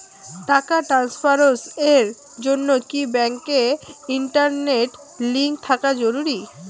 টাকা ট্রানস্ফারস এর জন্য কি ব্যাংকে ইন্টারনেট লিংঙ্ক থাকা জরুরি?